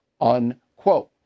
unquote